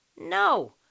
no